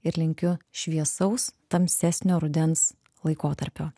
ir linkiu šviesaus tamsesnio rudens laikotarpio